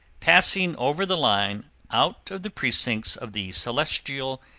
passing over the line out of the precincts of the celestial,